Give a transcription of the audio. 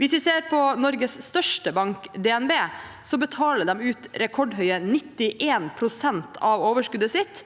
Hvis vi ser på Norges største bank, DNB, betaler de ut rekordhøye 91 pst. av overskuddet sitt